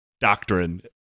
doctrine